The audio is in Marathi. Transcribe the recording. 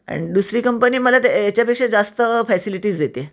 अँड दुसरी कंपनी मला ते याच्यापेक्षा जास्त फॅसिलिटीज देते आहे